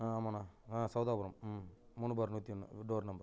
ஆ ஆமாண்ணா ஆ சௌதாபுரம் ம் மூணு பார் பார் நூற்றி ஒன்று டோர் நம்பர்